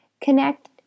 Connect